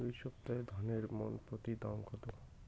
এই সপ্তাহে ধানের মন প্রতি দাম কত?